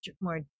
more